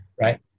right